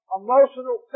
emotional